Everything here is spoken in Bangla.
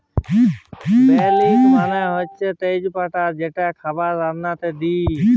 বে লিফ মালে হছে তেজ পাতা যেট খাবারে রাল্লাল্লে দিই